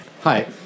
Hi